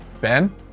Ben